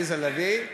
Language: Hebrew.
עליזה לביא.